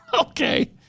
Okay